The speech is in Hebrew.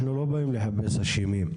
אנחנו לא באים לחפש אשמים.